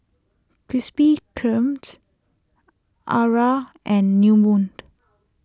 Krispy Kreme's Akira and New Moon